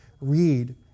Read